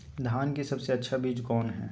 धान की सबसे अच्छा बीज कौन है?